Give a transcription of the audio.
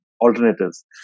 alternatives